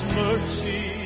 mercy